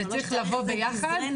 זה צריך לבוא ביחד.